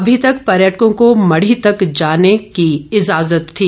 अभी तक पर्यटकों को मढ़ी तक ही जाने की ईजाज़त थी